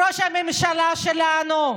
ראש הממשלה שלנו,